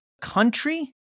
country